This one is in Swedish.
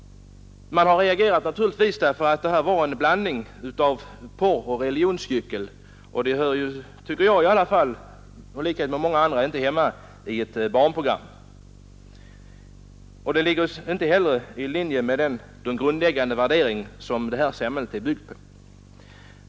Man har naturligtvis reagerat därför att programmet utgjorde en blandning av porr och religionsgyckel, och sådant hör inte hemma i ett barnprogram. Det ligger inte heller i linje med den grundläggande värdering som vårt samhälle är byggt på.